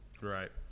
Right